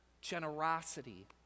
Generosity